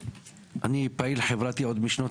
בזמנו והמשלוחים שהיו מגיעים הביתה,